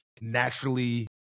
naturally